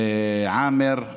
עאמר,